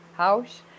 House